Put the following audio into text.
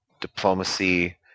diplomacy